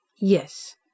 yes